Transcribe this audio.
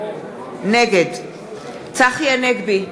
נגד צחי הנגבי,